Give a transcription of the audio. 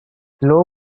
blow